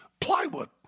plywood